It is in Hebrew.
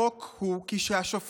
חוק הוא כי השופט,